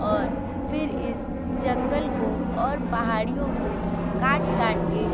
और फिर इस जंगल को और पहाड़ियों को काट काट के